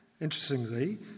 interestingly